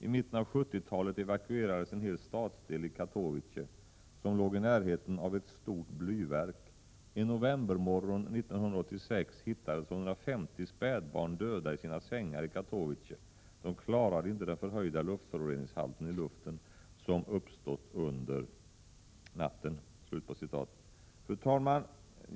I mitten av 70-talet evakuerades en hel stadsdel i Katowice som låg i närheten av ett stort blyverk. En novembermorgon 1986 hittades 150 spädbarn döda i sina sängar i Katowice. De klarade inte den förhöjda luftföroreningshalten i luften som uppstått under natten.” Fru talman!